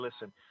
listen